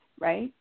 right